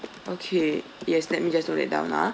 okay yes let me just note that down uh